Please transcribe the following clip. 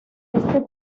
este